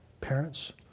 parents